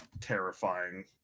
terrifying